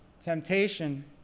temptation